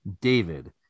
David